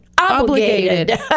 Obligated